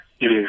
Yes